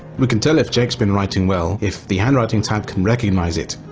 we can tell if jake's been writing well if the handwriting tab can recognize it,